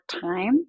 time